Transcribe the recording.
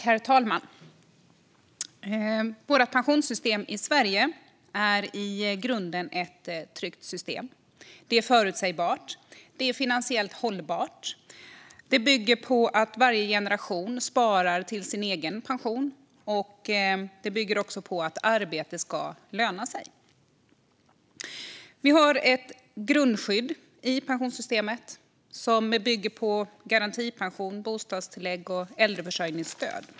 Herr talman! Vårt pensionssystem i Sverige är i grunden ett tryggt system. Det är förutsägbart. Det är finansiellt hållbart. Det bygger på att varje generation sparar till sin egen pension, och det bygger på att arbete ska löna sig. Vi har ett grundskydd i pensionssystemet som bygger på garantipension, bostadstillägg och äldreförsörjningsstöd.